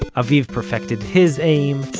aviv perfected his aim,